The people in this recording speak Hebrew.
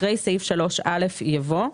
אחרי סעיף 3א' יבוא: